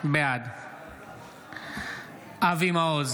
בעד אבי מעוז,